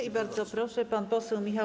I bardzo proszę, pan poseł Michał